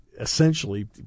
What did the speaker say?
essentially